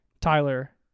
Tyler